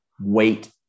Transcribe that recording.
wait